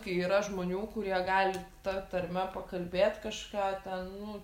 kai yra žmonių kurie gali ta tarme pakalbėt kažką ten nu